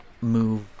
move